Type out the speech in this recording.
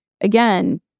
again